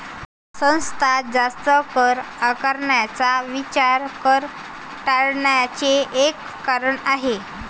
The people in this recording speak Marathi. सतत जास्त कर आकारण्याचा विचार कर टाळण्याचे एक कारण आहे